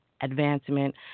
advancement